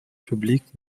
publique